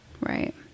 Right